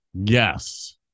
yes